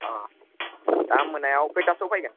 अ दा मोनायाव खोयथासोआव फैगोन